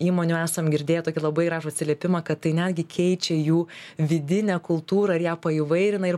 įmonių esam girdėję tokį labai ražų atsiliepimą kad tai netgi keičia jų vidinę kultūrą ir ją paįvairina ir